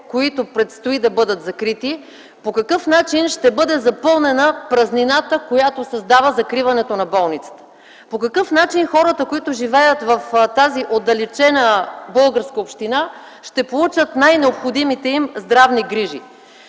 които предстои да бъдат закрити, по какъв начин ще бъде запълнена празнината, която създава закриването на болниците, по какъв начин хората, които живеят в тази отдалечена българска община, ще получат най-необходимите им здравни грижи.